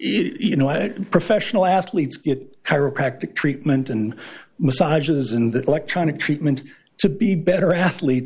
you know a professional athletes chiropractic treatment and massages and electronic treatment to be better athletes